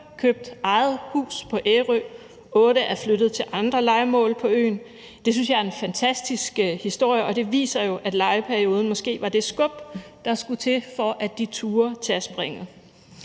købt eget hus på Ærø, og 8 er flyttet til andre lejemål på øen. Det synes jeg er en fantastisk historie, og det viser jo, at lejeperioden måske var det skub, der skulle til, for at de turde tage springet.